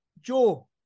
Joe